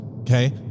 okay